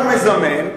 הוא כבר מזמן,